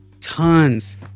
tons